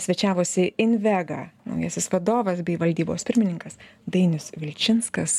svečiavosi invega naujasis vadovas bei valdybos pirmininkas dainius vilčinskas